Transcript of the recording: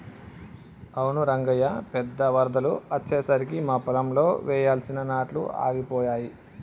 అవును రంగయ్య పెద్ద వరదలు అచ్చెసరికి మా పొలంలో వెయ్యాల్సిన నాట్లు ఆగిపోయాయి